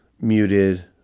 muted